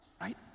right